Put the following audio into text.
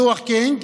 בדוח קניג,